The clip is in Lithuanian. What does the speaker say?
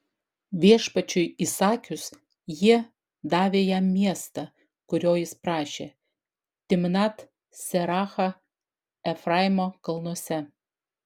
viešpačiui įsakius jie davė jam miestą kurio jis prašė timnat serachą efraimo kalnuose